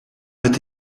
met